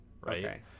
right